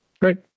great